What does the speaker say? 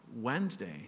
Wednesday